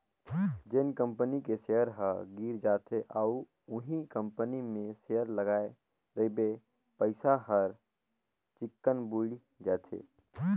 जेन कंपनी के सेयर ह गिर जाथे अउ उहीं कंपनी मे सेयर लगाय रहिबे पइसा हर चिक्कन बुइड़ जाथे